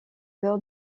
cœur